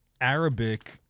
Arabic